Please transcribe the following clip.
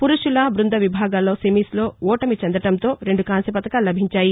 పురుషుల బ్బంద విభాగాల్లో సెమీస్లో ఓటమి చెందటంతో రెండు కాంస్య పతకాలు లభించాయి